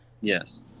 Yes